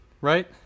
right